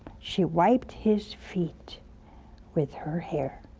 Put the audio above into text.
she wiped his feet with her hair.